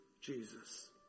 Jesus